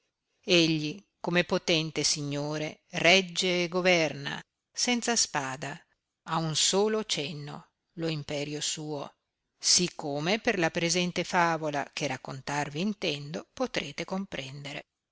egli come potente signore regge e governa senza spada a un solo cenno lo imperio suo sì come per la presente favola che raccontarvi intendo potrete comprendere